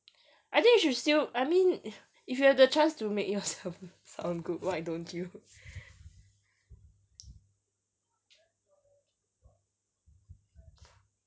I think you should still I mean if you have the chance to make yourself sound good why don't you